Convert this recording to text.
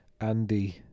Andy